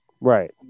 right